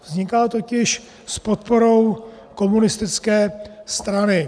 Vzniká totiž s podporou komunistické strany.